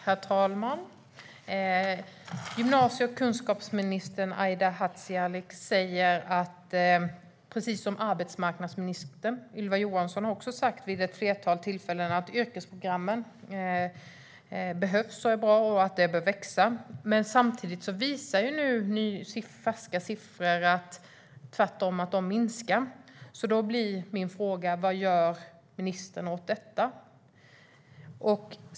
Herr talman! Gymnasie och kunskapsministern Aida Hadzialic säger, precis som arbetsmarknadsminister Ylva Johansson sagt vid ett flertal tillfällen, att yrkesprogrammen behövs och är bra och att de bör växa. Samtidigt visar färska siffror att de tvärtom minskar. Min fråga blir: Vad gör ministern åt detta?